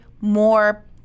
more